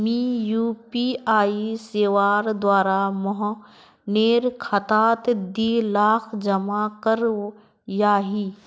मी यु.पी.आई सेवार द्वारा मोहनेर खातात दी लाख जमा करयाही